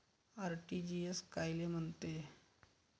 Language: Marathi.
आर.टी.जी.एस कायले म्हनते?